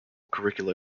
curricula